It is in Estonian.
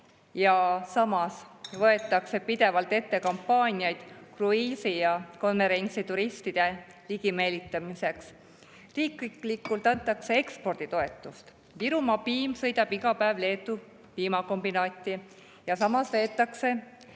samas võetakse pidevalt ette kampaaniaid kruiisi- ja konverentsituristide ligi meelitamiseks. Riiklikult antakse eksporditoetust. Virumaa piim sõidab iga päev Leetu piimakombinaati ja samas veetakse